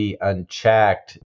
unchecked